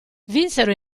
vinsero